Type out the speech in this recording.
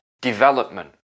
development